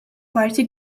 parti